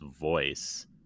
voice